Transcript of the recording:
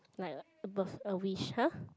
like a a wish !huh!